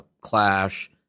Clash